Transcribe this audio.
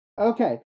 Okay